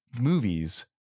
movies